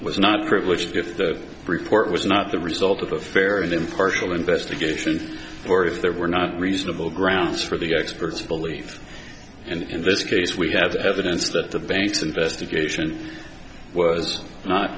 was not privileged if the report was not the result of a fair and impartial investigation or if there were not reasonable grounds for the experts believe and in this case we have evidence that the banks investigation was not